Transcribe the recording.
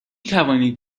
توانید